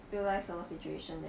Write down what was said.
real life 什么 situation leh